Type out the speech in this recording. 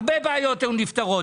הרבה בעיות היו נפתרות.